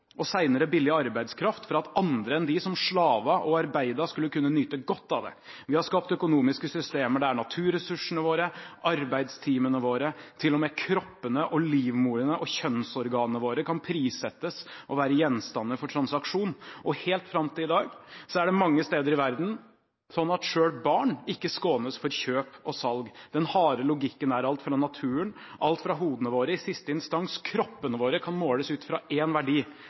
og senere billig arbeidskraft for at andre enn de som slavet og arbeidet, skulle kunne nyte godt av det. Vi har skapt økonomiske systemer der naturressursene våre, arbeidstimene våre, ja til og med kroppene, livmorene og kjønnsorganene våre kan verdisettes og være gjenstander for transaksjon, og helt fram til i dag er det mange steder i verden slik at ikke engang barn skånes for kjøp og salg. Den harde logikken er at alt fra naturen, alt fra hodene våre – i siste instans – og kroppene våre kan måles ut fra én verdi,